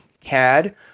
CAD